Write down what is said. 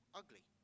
ugly